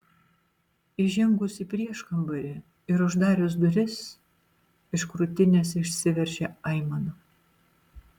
įžengus į prieškambarį ir uždarius duris iš krūtinės išsiveržė aimana